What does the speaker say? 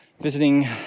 visiting